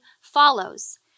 follows